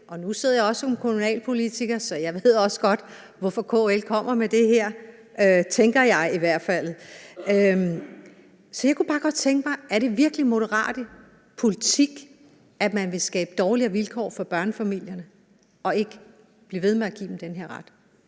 KL. Nu sidder jeg også som kommunalpolitiker, så jeg ved også godt, hvorfor KL kommer med det her – tænker jeg i hvert fald. Jeg kunne bare godt tænke mig at vide, om det virkelig er moderat politik, man vil skabe dårligere vilkår for børnefamilierne og ikke blive ved med at give dem den her ret?